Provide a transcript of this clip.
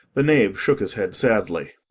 the knave shook his head sadly.